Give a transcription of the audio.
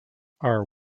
are